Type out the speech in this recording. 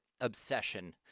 obsession